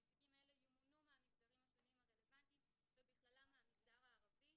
הנציגים האלה ימונו מהמגזרים השונים הרלוונטיים ובכללם מהמגזר הערבי.